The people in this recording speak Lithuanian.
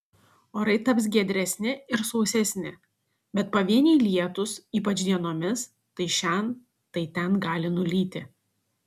orai taps giedresni ir sausesni bet pavieniai lietūs ypač dienomis tai šen tai ten gali nulyti